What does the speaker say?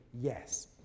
yes